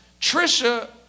Trisha